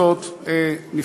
בכל זאת נפרדה